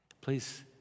Please